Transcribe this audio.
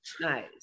Nice